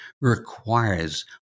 requires